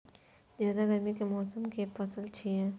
जायद गर्मी के मौसम के पसल छियै